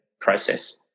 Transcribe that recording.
process